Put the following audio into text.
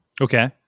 Okay